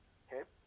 okay